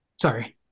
Sorry